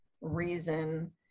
reason